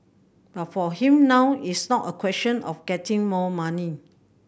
but for him now it's not a question of getting more money